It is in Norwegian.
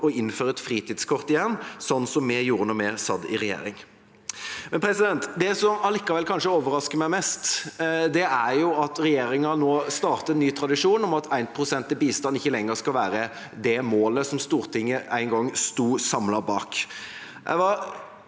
å innføre et fritidskort igjen, sånn som vi gjorde da vi satt i regjering. Det som allikevel kanskje overrasker meg mest, er at regjeringa nå starter en ny tradisjon om at 1. pst i bistand ikke lenger skal være det målet som Stortinget en gang sto samlet bak.